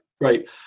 right